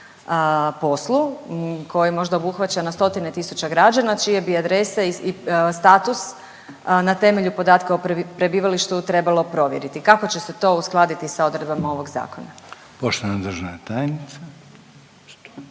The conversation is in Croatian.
poslu koji možda obuhvaća na stotine tisuća građana čije bi adrese i status na temelju podatka o prebivalištu trebalo provjeriti. Kako će se to uskladi sa odredbama ovog zakona?